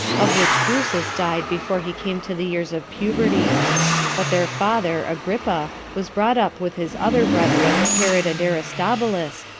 of which drusus died before he came to the years of puberty but their father, agrippa, was brought up with his other brethren, herod and aristobulus,